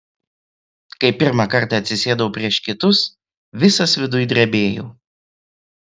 kai pirmą kartą atsisėdau prieš kitus visas viduj drebėjau